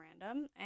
random